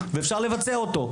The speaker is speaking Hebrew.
ואפשר לבצע אותו,